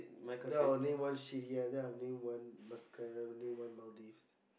then I only one shift here then I only one mascara only one Maldives